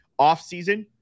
offseason